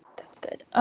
that's good,